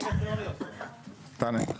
תענה.